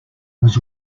was